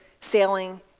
sailing